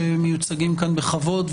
שמיוצגים כאן בכבוד,